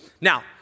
Now